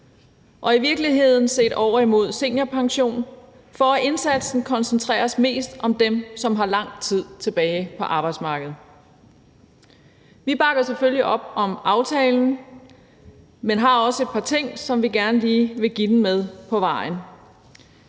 bliver der set mere over mod seniorpension, så indsatsen kan koncentreres mest om dem, der har lang tid tilbage på arbejdsmarkedet. Vi bakker selvfølgelig op om aftalen, men har også et par ting, vi gerne lige vil give den med på vejen.